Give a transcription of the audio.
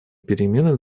перемены